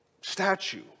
statue